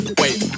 wait